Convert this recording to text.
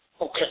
Okay